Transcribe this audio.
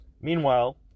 Meanwhile